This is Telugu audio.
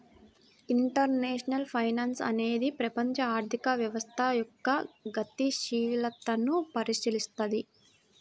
ఇంటర్నేషనల్ ఫైనాన్స్ అనేది ప్రపంచ ఆర్థిక వ్యవస్థ యొక్క గతిశీలతను పరిశీలిత్తది